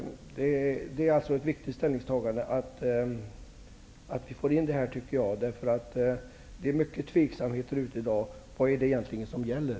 Det är alltså ett viktigt ställningstagande att vi får in detta, därför att det i dag råder stor osäkerhet om vad som egentligen gäller.